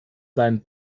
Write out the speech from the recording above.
seinen